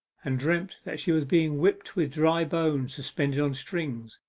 and dreamt that she was being whipped with dry bones suspended on strings,